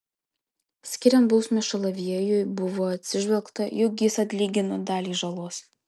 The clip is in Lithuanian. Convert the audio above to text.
skiriant bausmę šalaviejui buvo atsižvelgta jog jis atlygino dalį žalos